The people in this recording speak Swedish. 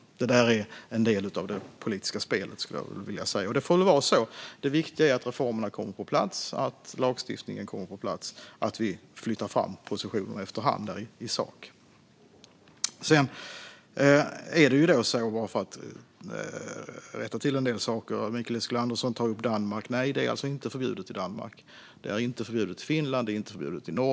Det där är en del av det politiska spelet, skulle jag vilja säga. Och så får det väl vara, för det viktiga är att reformerna kommer på plats, att lagstiftningen kommer på plats och att vi flyttar fram positionerna efter hand, i sak. Jag vill rätta till en del saker. Mikael Eskilandersson tar upp Danmark. Nej, det är inte förbjudet i Danmark. Det är inte förbjudet i Finland, och det är inte förbjudet i Norge.